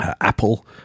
Apple